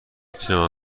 تونم